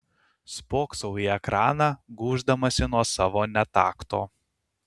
spoksau į ekraną gūždamasi nuo savo netakto